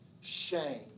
shame